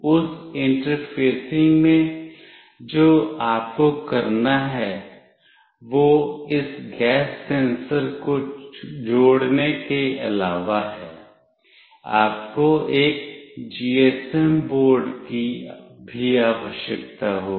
उस इंटरफेसिंग में जो आपको करना है वह इस गैस सेंसर को जोड़ने के अलावा है आपको एक जीएसएम बोर्ड की भी आवश्यकता होगी